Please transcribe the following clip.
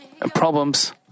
problems